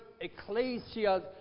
ecclesia